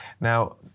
Now